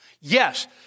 Yes